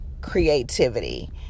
creativity